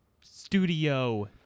studio